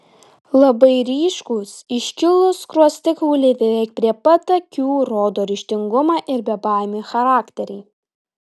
labai ryškūs iškilūs skruostikauliai beveik prie pat akių rodo ryžtingumą ir bebaimį charakterį